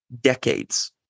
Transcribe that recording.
decades